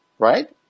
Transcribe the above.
right